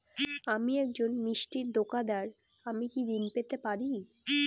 আমি একজন মিষ্টির দোকাদার আমি কি ঋণ পেতে পারি?